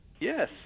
Yes